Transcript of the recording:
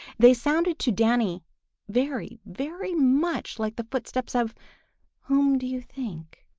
they sounded to danny very, very much like the footsteps of whom do you think?